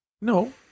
no